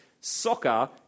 soccer